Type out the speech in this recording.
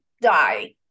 die